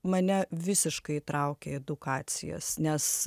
mane visiškai įtraukė į edukacijas nes